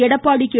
Edappadi K